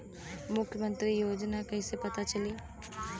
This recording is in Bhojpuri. मुख्यमंत्री योजना कइसे पता चली?